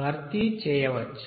భర్తీ చేయవచ్చు